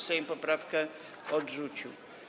Sejm poprawkę odrzucił.